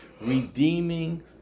redeeming